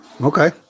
Okay